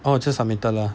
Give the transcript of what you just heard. orh just submitted lah